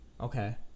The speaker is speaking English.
Okay